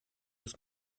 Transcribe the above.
muss